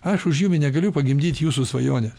aš už jumi negaliu pagimdyt jūsų svajonės